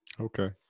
Okay